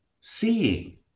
seeing